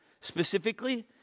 specifically